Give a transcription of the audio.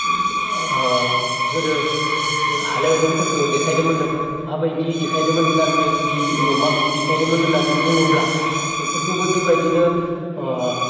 ओ गोदो जों आलायारनफोरखो देखायदोंमोन माबायदि देखायदोंमोन थारमाने बि माबायदि देखायदोंमोन होननानै बुङोब्ला बेफोरखौबो बेबायदिनो ओ